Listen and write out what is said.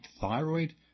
thyroid